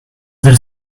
there